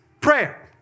prayer